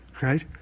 Right